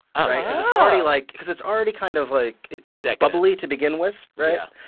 um already like because it's already kind of like it's like bubbly to begin with, right? yeah